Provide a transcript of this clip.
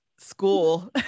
school